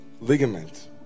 ligament